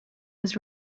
was